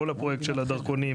כל הפרויקט של הדרכונים,